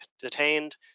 detained